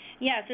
Yes